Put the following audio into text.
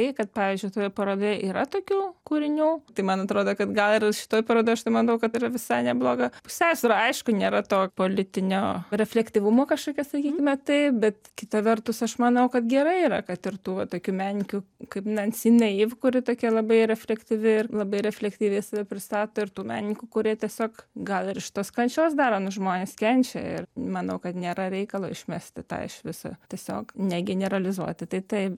tai kad pavyzdžiui toje parodoje yra tokių kūrinių tai man atrodo kad gal ir šitoj parodoj aš manau kad yra visai nebloga pusiausvyra aišku nėra to politinio reflektyvumo kažkokio sakykime taip bet kita vertus aš manau kad gerai yra kad ir tų va tokių menininkių kaip nensi neiv kuri tokia labai reflektyvi ir labai refleksyviai save pristato ir tų menininkų kurie tiesiog gal ir iš tos kančios daro nu žmonės kenčia ir manau kad nėra reikalo išmesti tą iš viso tiesiog ne generealizuoti tai taip